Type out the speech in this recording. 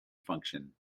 function